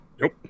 Nope